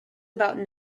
about